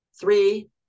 three